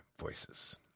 voices